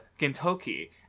gintoki